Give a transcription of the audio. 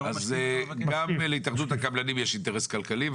אז גם להתאחדות הקבלנים יש אינטרס כלכלי.